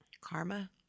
Karma